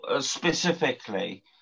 specifically